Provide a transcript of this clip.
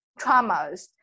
traumas